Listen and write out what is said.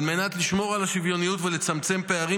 על מנת לשמור על השוויוניות ולצמצם פערים